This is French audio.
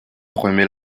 remet